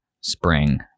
spring